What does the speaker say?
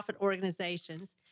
organizations